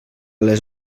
les